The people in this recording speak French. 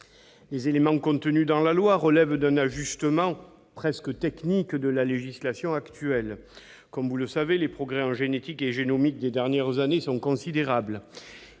Les éléments contenus dans le texte relèvent d'un ajustement presque technique de la législation actuelle. Comme vous le savez, les progrès en génétique et en génomique des dernières années sont considérables.